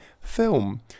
film